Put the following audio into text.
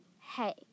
hey